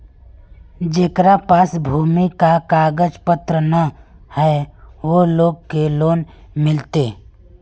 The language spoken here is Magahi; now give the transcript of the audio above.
जेकरा पास भूमि का कागज पत्र न है वो लोग के लोन मिलते?